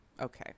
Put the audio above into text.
Okay